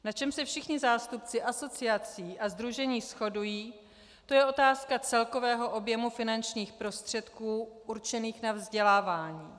Na čem se všichni zástupci asociací a sdružení shodují, to je otázka celkového objemu finančních prostředků určených na vzdělávání.